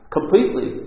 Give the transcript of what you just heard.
Completely